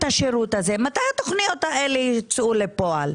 השירות הזה - מתי התוכניות הללו ייצאו לפועל?